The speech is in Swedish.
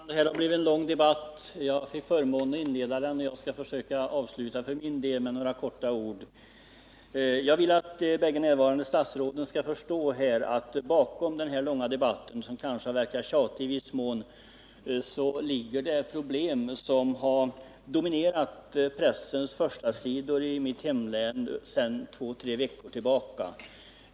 Herr talman! Det här blev en lång debatt. Jag fick förmånen att inleda den, och jag skall försöka att med några få ord avsluta den för min del. Jag vill att de båda närvarande statsråden skall förstå att bakom denna långa debatt, som i viss mån kanske har verkat tjatig, ligger problem som dominerat pressens förstasidor i mitt hemlän sedan två tre veckor tillbaka.